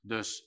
Dus